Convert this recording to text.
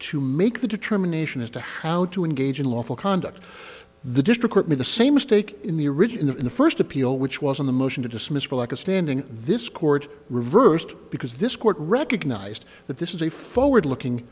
to make the determination as to how to engage unlawful conduct the district that made the same mistake in the original in the first appeal which was on the motion to dismiss for lack of standing this court reversed because this court recognized that this is a follower looking